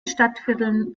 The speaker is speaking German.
stadtvierteln